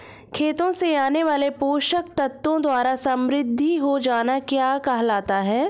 खेतों से आने वाले पोषक तत्वों द्वारा समृद्धि हो जाना क्या कहलाता है?